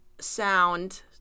sound